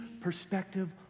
perspective